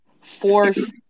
force